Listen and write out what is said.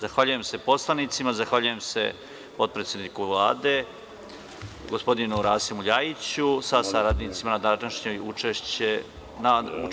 Zahvaljujem se poslanicima, zahvaljujem se potpredsedniku Vlade, gospodinu Rasimu Ljajiću sa saradnicima na učešću na današnjoj sednici.